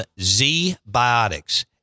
Z-Biotics